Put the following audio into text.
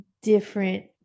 different